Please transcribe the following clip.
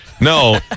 No